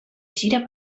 gira